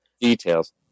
details